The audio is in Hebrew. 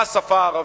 בשפה הערבית,